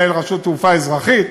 שהוא מנהל רשות תעופה אזרחית,